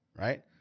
right